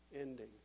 ending